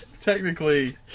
technically